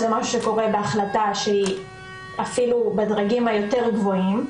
זה משהו שקורה בהחלטה שהיא אפילו בדרגים היותר גבוהים,